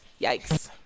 Yikes